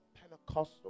Pentecostal